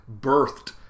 birthed